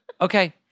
okay